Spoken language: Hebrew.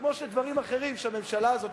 כמו שדברים אחרים שהממשלה הזאת,